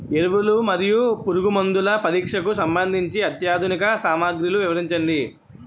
ఎరువులు మరియు పురుగుమందుల పరీక్షకు సంబంధించి అత్యాధునిక సామగ్రిలు వివరించండి?